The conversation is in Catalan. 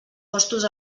costos